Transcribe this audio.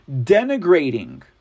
denigrating